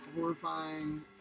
horrifying